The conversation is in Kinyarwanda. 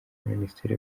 minisiteri